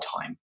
time